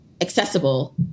accessible